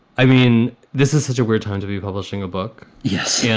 i mean, this is such a weird time to be publishing a book. yes. yeah